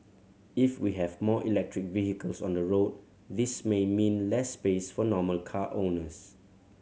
if we have more electric vehicles on the road this may mean less space for normal car owners